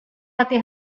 hati